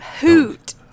hoot